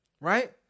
Right